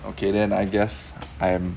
okay then I guess I'm